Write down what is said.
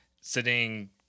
Sitting